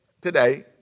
today